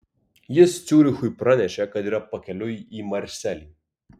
jis ciurichui pranešė kad yra pakeliui į marselį